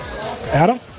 Adam